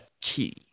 key